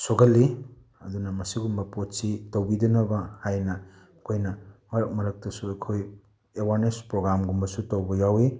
ꯁꯣꯛꯍꯜꯂꯤ ꯑꯗꯨꯅ ꯃꯁꯤꯒꯨꯝꯕ ꯄꯣꯠꯁꯤ ꯇꯧꯕꯤꯗꯅꯕ ꯍꯥꯏꯅ ꯑꯩꯈꯣꯏꯅ ꯃꯔꯛ ꯃꯔꯛꯇꯁꯨ ꯑꯩꯈꯣꯏ ꯑꯦꯋꯥꯔꯅꯦꯁ ꯄ꯭ꯔꯣꯒꯥꯝꯒꯨꯝꯕꯁꯨ ꯇꯧꯕ ꯌꯥꯎꯏ